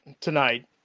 tonight